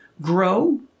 grow